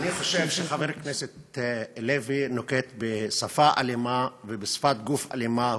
אני חושב שחבר הכנסת לוי נוקט שפה אלימה ושפת גוף אלימה.